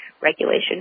regulation